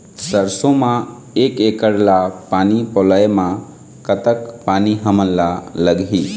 सरसों म एक एकड़ ला पानी पलोए म कतक पानी हमन ला लगही?